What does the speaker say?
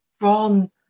Ron